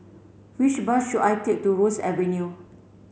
which bus should I take to Ross Avenue